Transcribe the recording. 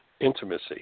intimacy